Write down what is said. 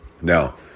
Now